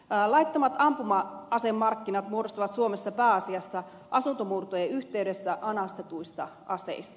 laittomat ampuma asemarkkinat muodostuvat suomessa pääasiassa asuntomurtojen yhteydessä anastetuista aseista